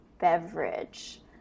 beverage